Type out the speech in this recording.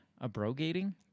Abrogating